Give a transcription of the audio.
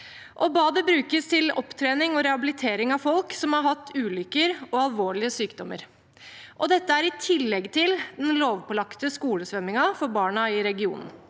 Badet brukes til opptrening og rehabilitering av folk som har hatt ulykker og alvorlige sykdommer. Dette kommer i tillegg til den lovpålagte skolesvømmingen for barna i regionen.